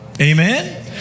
Amen